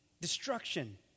destruction